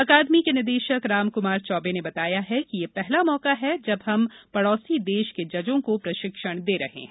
अकादमी के निदेशक राम कुमार चौबे ने बताया कि यह पहला मौका है जब हम पड़ोसी देश के जजों को प्रशिक्षण दे रहे हैं